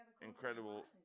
incredible